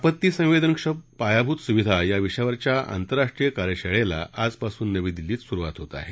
आपत्ती संवेदनक्षम पायाभूत सुविधा या विषयावरच्या आंतरराष्ट्रीय कार्यशाळेला आजपासून नवी दिल्लीत सुरुवात होत आहे